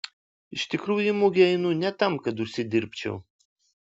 iš tikrųjų į mugę einu ne tam kad užsidirbčiau